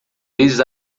vezes